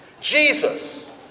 Jesus